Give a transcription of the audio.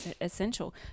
essential